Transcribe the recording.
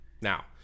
Now